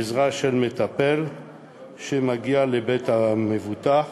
עזרה של מטפל שמגיע לבית המבוטח,